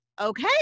okay